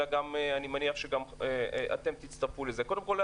ואני מניח שתצטרפו לזה קודם כל,